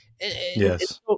Yes